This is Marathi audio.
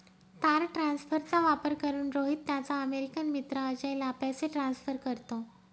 तार ट्रान्सफरचा वापर करून, रोहित त्याचा अमेरिकन मित्र अजयला पैसे ट्रान्सफर करतो